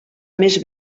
més